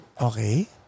Okay